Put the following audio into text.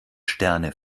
sterne